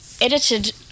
edited